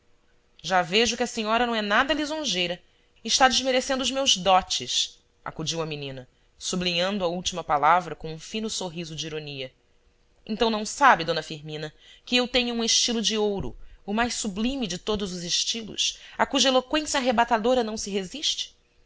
já vejo que a senhora não é nada lisonjeira está desmerecendo os meus dotes acudiu a menina sublinhando a última palavra com um fino sorriso de ironia então não sabe d firmina que eu tenho um estilo de ouro o mais sublime de todos os estilos a cuja eloqüência arrebatadora não se resiste